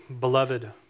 beloved